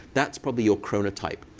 that's probably your chronotype.